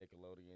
nickelodeon